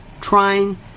trying